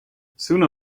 sooner